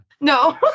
No